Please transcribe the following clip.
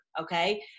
okay